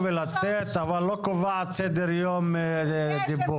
ולצאת אבל לא קובעת סדר יום דיבור.